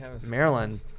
Maryland